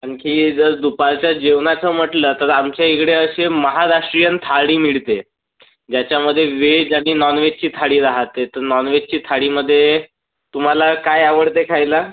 आणखीन जर दुपारचा जेवणाचा म्हटलं तर आमचा इकडे असे महाराष्ट्रीयन थाळी मिळते ज्याच्यामध्ये वेज आणि नॉनव्हेजची थाळी राहते तर नॉनव्हेजची थाळी मध्ये तुम्हाला काय आवडते खायला